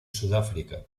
sudáfrica